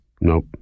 Nope